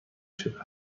شده